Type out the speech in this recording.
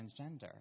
transgender